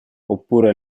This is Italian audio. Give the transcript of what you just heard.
oppure